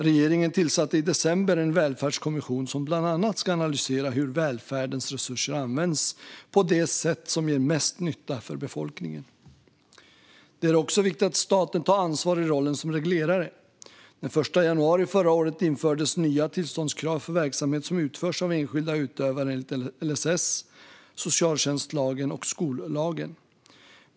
Regeringen tillsatte i december en välfärdskommission som bland annat ska analysera hur välfärdens resurser används på det sätt som ger mest nytta för befolkningen. Det är också viktigt att staten tar ansvar i rollen som reglerare. Den 1 januari förra året infördes nya tillståndskrav för verksamhet som utförs av enskilda utövare enligt LSS, socialtjänstlagen och skollagen.